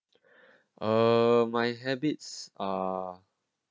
uh my habits are